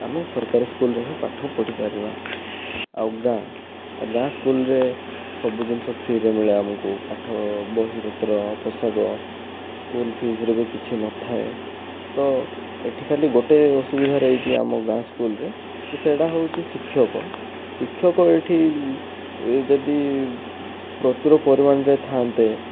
ଆମେ ସରକାରୀ ସ୍କୁଲ୍ ରେ ହିଁ ପାଠ ପଢ଼ି ପାରିବା ଆଉ ଗାଁ ଗାଁ ସ୍କୁଲ୍ ରେ ସବୁ ଜିନିଷ ଫ୍ରୀରେ ମିଳେ ଆମକୁ ପାଠ ବହିପତ୍ର ପୋଷାକ ସ୍କୁଲ୍ ଫିଜ୍ ରେ ବି କିଛି ନଥାଏ ତ ଏଇଠି ଖାଲି ଗୋଟିଏ ଅସୁବିଧା ରହିଛି ଆମ ଗାଁ ସ୍କୁଲ୍ ରେ କି ସେଇଟା ହେଉଛି ଶିକ୍ଷକ ଶିକ୍ଷକ ଏଠି ଯଦି ପ୍ରଚୁର ପରିମାଣରେ ଥାଆନ୍ତେ